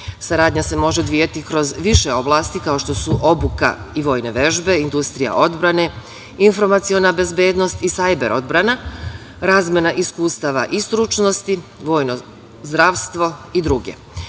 Saradnja se može odvijati kroz više oblasti kao što su obuka i vojne vežbe, industrija odbrane, informaciona bezbednost i sajber odbrana, razmena iskustava i stručnosti, vojno zdravstvo i druge.